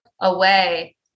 away